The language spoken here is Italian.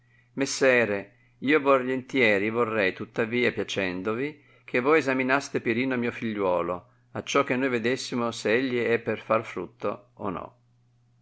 messere io volentieri vorrei tuttavia piacendovi che voi essaminaste pirino mio figliuolo acciò che noi vedessimo se egli è per far frutto o no